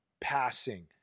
passing